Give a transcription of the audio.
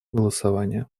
голосования